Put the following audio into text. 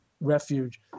refuge